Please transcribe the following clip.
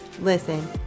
Listen